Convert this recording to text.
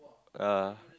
uh